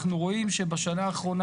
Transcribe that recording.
אנחנו רואים שבשנה האחרונה,